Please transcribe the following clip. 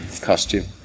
costume